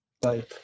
Bye